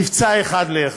מבצע אחד לאחד.